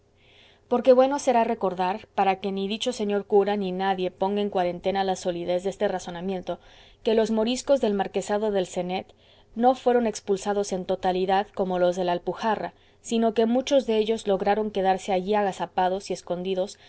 porque bueno será recordar para que ni dicho señor cura ni nadie ponga en cuarentena la solidez de este razonamiento que los moriscos del marquesado del cenet no fueron expulsados en totalidad como los de la alpujarra sino que muchos de ellos lograron quedarse allí agazapados y escondidos